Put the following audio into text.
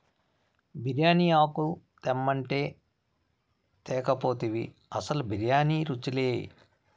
బిర్యానీ ఆకు తెమ్మంటే తేక పోతివి అసలు బిర్యానీ రుచిలే